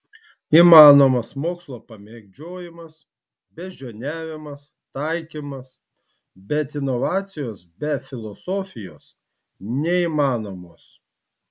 įmanomas mokslo pamėgdžiojimas beždžioniavimas taikymas bet inovacijos be filosofijos neįmanomos